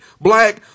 black